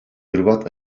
hırvat